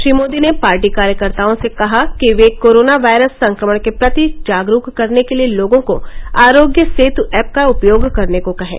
श्री मोदी ने पार्टी कार्यकर्ताओं से कहा कि वे कोरोना वायरस संक्रमण के प्रति जागरूक करने के लिए लोगों को आरोग्य सेत ऐप का उपयोग करने को कहें